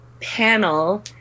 panel